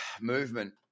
movement